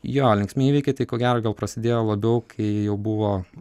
jo linksmi įvykiai tai ko gero gal prasidėjo labiau kai jau buvo